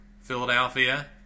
Philadelphia